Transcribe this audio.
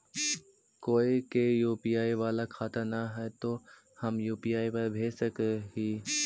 कोय के यु.पी.आई बाला खाता न है तो हम यु.पी.आई पर भेज सक ही?